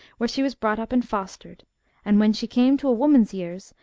where she was brought up and fostered and when she came to a woman's years,